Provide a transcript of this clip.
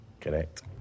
Correct